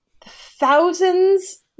thousands